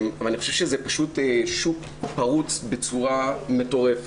אני חושב שזה שוק פרוץ בצורה מטורפת.